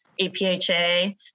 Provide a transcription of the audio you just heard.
APHA